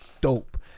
dope